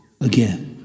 again